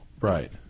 Right